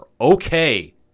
Okay